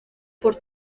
por